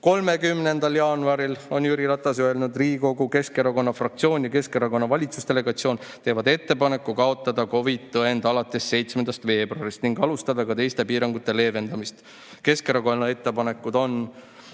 30. jaanuaril on Jüri Ratas öelnud: "Riigikogu Keskerakonna fraktsioon ja Keskerakonna valitsusdelegatsioon teevad ettepaneku kaotada COVID-tõend alates 7. veebruarist ning alustada ka teiste piirangute leevendamist. Keskerakonna ettepanekud on: